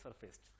surfaced